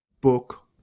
book